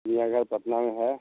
चिड़ियाघर पटना में है